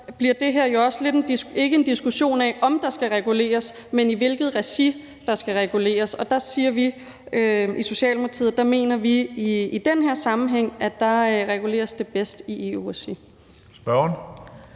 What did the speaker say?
bliver det her jo også lidt en diskussion, som ikke går på, om der skal reguleres, men i hvilket regi der skal reguleres. Og der siger vi i Socialdemokratiet, at vi i den her sammenhæng mener, at det reguleres bedst i EU-regi.